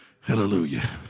Hallelujah